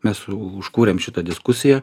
mes užkūrėm šitą diskusiją